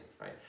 right